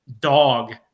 dog